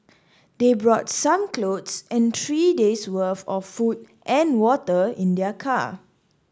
they brought some clothes and three days worth of food and water in their car